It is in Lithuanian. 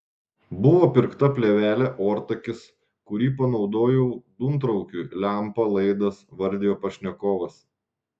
buvo pirkta plėvelė ortakis kurį panaudojau dūmtraukiui lempa laidas vardijo pašnekovas